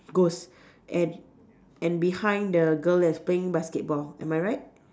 ghost and and behind the girl that's playing basketball am I right